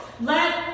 Let